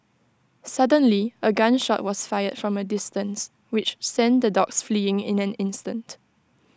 suddenly A gun shot was fired from A distance which sent the dogs fleeing in an instant